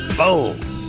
boom